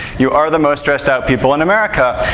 you are the most stressed out people in america,